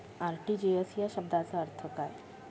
RTGS या शब्दाचा अर्थ काय?